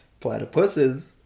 Platypuses